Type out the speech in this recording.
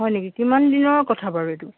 হয় নেকি কিমান দিনৰ কথা বাৰু এইটো